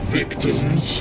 victims